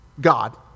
God